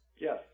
Yes